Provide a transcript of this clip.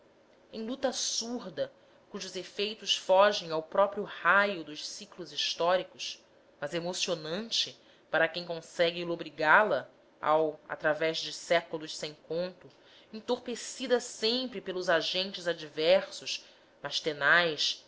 em luta surda cujos efeitos fogem ao próprio raio dos ciclos históricos mas emocionante para quem consegue lobrigá la ao través dos séculos sem conto entorpecida sempre pelos agentes adversos mas tenaz